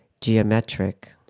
geometric